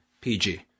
PG